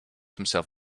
himself